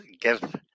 give